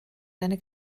seine